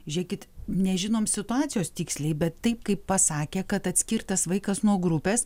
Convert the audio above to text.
žiūrėkit nežinom situacijos tiksliai bet taip kaip pasakė kad atskirtas vaikas nuo grupės